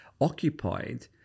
occupied